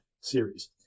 series